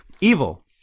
evil